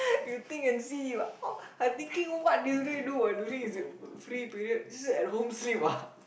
you think and see how I thinking what this guy do while during his free period just sit at home sleep ah